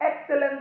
excellent